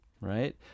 right